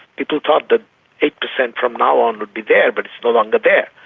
people thought that eight per cent from now on would be there, but it's no longer there.